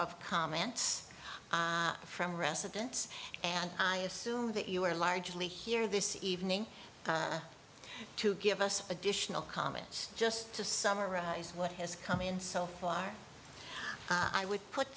of comments from residents and i assume that you are largely here this evening to give us additional comments just to summarize what has come in so far i would put